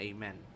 Amen